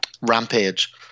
rampage